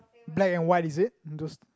black and white is it those